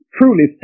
truly